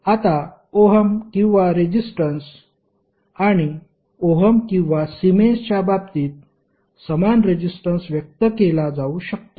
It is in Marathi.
आता ओहम किंवा रेजिस्टन्स आणि ओहम किंवा सीमेंसच्या बाबतीत समान रेजिस्टन्स व्यक्त केला जाऊ शकतो